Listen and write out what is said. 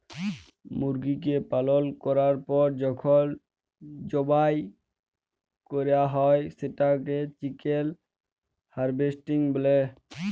মুরগিকে পালল ক্যরার পর যখল জবাই ক্যরা হ্যয় সেটকে চিকেল হার্ভেস্টিং ব্যলে